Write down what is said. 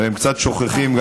והם קצת שוכחים את